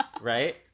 right